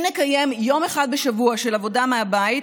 אם נקיים יום אחד בשבוע של עבודה מהבית,